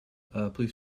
please